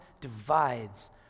divides